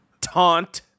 Taunt